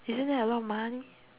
isn't that a lot of money